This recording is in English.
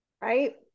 right